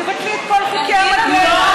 תבטלי את כל חוקי המגן.